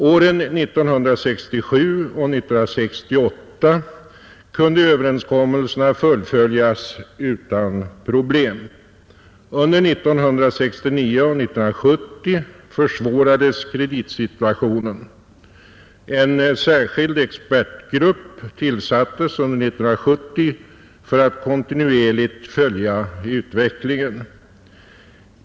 Åren 1967 och 1968 kunde överenskommelserna fullföljas utan problem. Under 1969 och 1970 försvårades kreditsituationen. En särskild expertgrupp tillsattes under 1970 för att kontinuerligt följa utvecklingen.